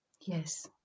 Yes